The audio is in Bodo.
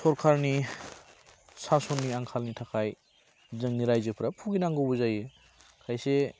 सरकारनि सास'ननि आंखालनि थाखाय जोंनि रायजोफ्रा भुगिनांगौबो जायो खायसे